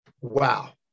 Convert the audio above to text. wow